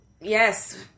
Yes